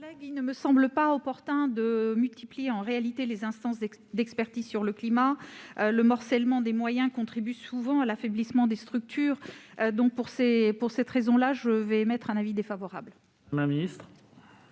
Il ne me semble pas opportun de multiplier les instances d'expertise sur le climat. Le morcellement des moyens contribue souvent à l'affaiblissement des structures. Pour cette raison, j'émets un avis défavorable sur cet amendement.